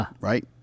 right